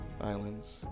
islands